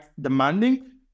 demanding